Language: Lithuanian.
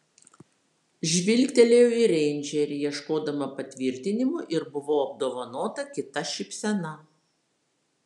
žvilgtelėjau į reindžerį ieškodama patvirtinimo ir buvau apdovanota kita šypsena